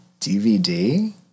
DVD